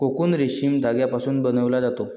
cocoon रेशीम धाग्यापासून बनवला जातो